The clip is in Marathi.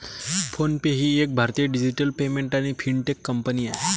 फ़ोन पे ही एक भारतीय डिजिटल पेमेंट आणि फिनटेक कंपनी आहे